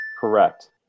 Correct